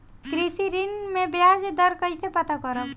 कृषि ऋण में बयाज दर कइसे पता करब?